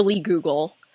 google